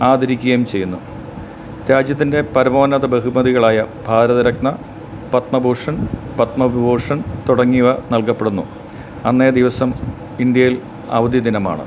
ആദരിക്കുകയും ചെയ്യുന്നു രാജ്യത്തിൻ്റെ പരമോന്നത ബഹുമതികളായ ഭാരതരത്ന പത്മഭൂഷൻ പത്മവിഭൂഷൻ തുടങ്ങിയവ നൽകപ്പെടുന്നു അന്നേദിവസം ഇന്ത്യയിൽ അവധി ദിനമാണ്